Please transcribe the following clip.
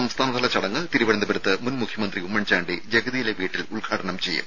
സംസ്ഥാനതല ചടങ്ങ് തിരുവനന്തപുരത്ത് മുൻ മുഖ്യമന്ത്രി ഉമ്മൻചാണ്ടി ജഗതിയിലെ വീട്ടിൽ ഉദ്ഘാടനം ചെയ്യും